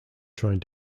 trying